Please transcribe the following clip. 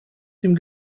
dem